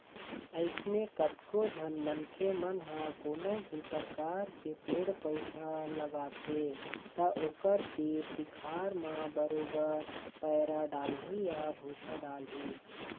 अइसने कतको झन मनखे मन ह कोनो भी परकार के पेड़ पउधा लगाथे त ओखर तीर तिखार म बरोबर पैरा डालही या भूसा डालही